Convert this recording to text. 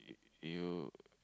you